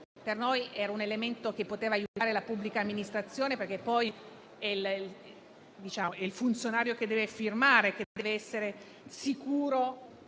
per noi era invece un elemento che poteva aiutare la pubblica amministrazione, perché poi è il funzionario che deve firmare e deve essere sicuro